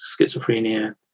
schizophrenia